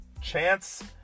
Chance